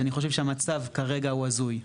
אני חושב שהמצב כרגע הוא הזוי.